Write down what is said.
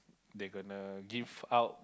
they gonna give out